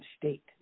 state